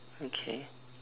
okay